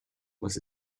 was